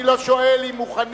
ואני לא שואל אם מוכנים.